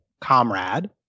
comrade